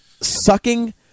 sucking